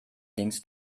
links